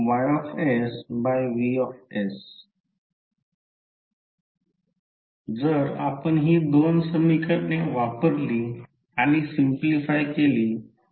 तर प्रत्यक्षात DC सर्किटमध्ये जर Fm ची तुलना प्रत्यक्षात DC सर्किटमधील व्होल्टेज emf तर येथे ते mmf आहे केली तर